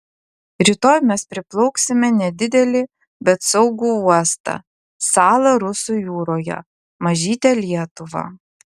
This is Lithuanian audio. rytoj mes priplauksime nedidelį bet saugų uostą salą rusų jūroje mažytę lietuvą